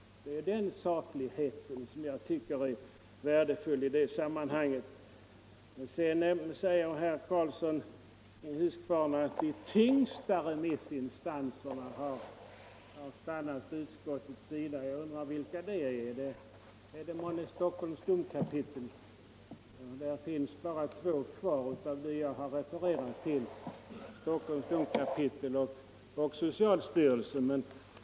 Det är en saklighet som jag tycker är värdefull i det sammanhanget. Sedan säger herr Karlsson i Huskvarna att de tyngsta remissinstanserna har stannat på utskottets sida. Jag undrar vilka de är. Är det månne Stockholms domkapitel? Det finns bara två remissinstanser kvar som jag inte har refererat till — Stockholms domkapitel och socialstyrelsen.